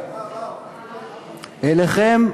אליכם,